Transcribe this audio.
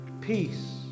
Peace